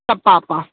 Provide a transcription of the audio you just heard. सभु पाउ पाउ